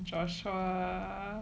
joshua